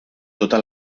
tota